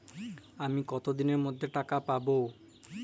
আমি কতদিনের মধ্যে টাকা পাবো?